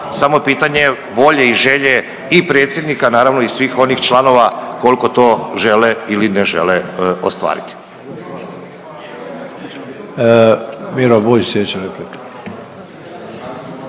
samo je pitanje volje i želje i predsjednika naravno i svih onih članova koliko to žele ili ne žele ostvariti.